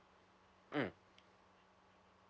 mm